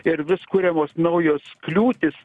ir vis kuriamos naujos kliūtys